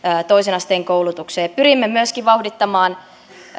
toisen asteen koulutukseen pyrimme myöskin vauhdittamaan